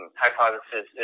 hypothesis